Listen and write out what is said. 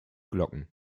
glocken